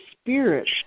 spirit